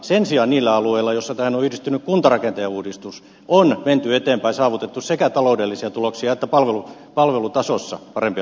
sen sijaan niillä alueilla joilla tähän on yhdistynyt kuntarakenteen uudistus on menty eteenpäin saavutettu sekä taloudellisia tuloksia että palvelutasossa parempia tuloksia